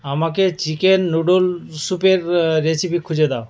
আমাকে chicken noodle স্যুপের recipe খুঁজে দাও